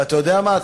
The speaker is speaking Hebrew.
ואתה יודע מה?